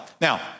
Now